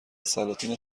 سلاطین